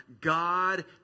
God